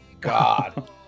god